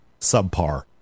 subpar